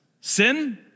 Sin